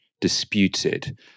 disputed